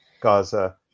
Gaza